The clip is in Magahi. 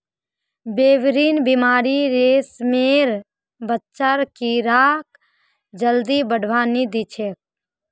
पेबरीन बीमारी रेशमेर बच्चा कीड़ाक जल्दी बढ़वा नी दिछेक